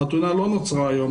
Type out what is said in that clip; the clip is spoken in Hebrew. החתונה לא נוצרה היום,